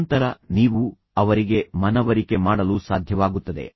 ನಂತರ ನೀವು ಅವರಿಗೆ ಮನವರಿಕೆ ಮಾಡಲು ಸಾಧ್ಯವಾಗುತ್ತದೆ